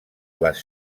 les